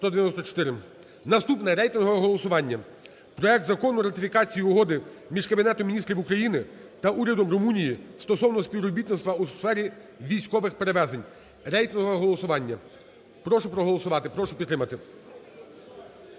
Наступне рейтингове голосування. Проект Закону ратифікації Угоди між Кабінетом Міністрів України та Урядом Румунії стосовно співробітництва у сфері військових перевезень. Рейтингове голосування. Прошу проголосувати. Прошу підтримати,